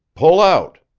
pull out.